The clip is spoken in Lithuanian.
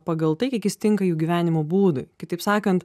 pagal tai kiek jis tinka jų gyvenimo būdui kitaip sakant